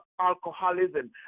alcoholism